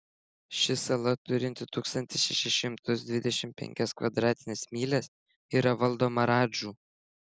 ši sala turinti tūkstantį šešis šimtus dvidešimt penkias kvadratines mylias yra valdoma radžų